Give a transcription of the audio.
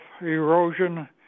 erosion